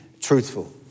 truthful